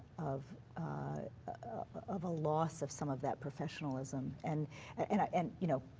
of of a loss of some of that professionalism. and and ah and you know,